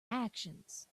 actions